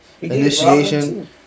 initiation